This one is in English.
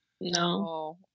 No